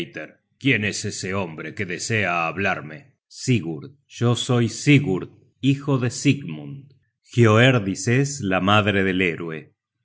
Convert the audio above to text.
quién es ese hombre que desea hablarme yo soy sigurd hijo de sigmund hioerdis es la madre del héroe